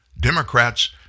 Democrats